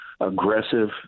aggressive